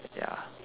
ya